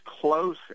close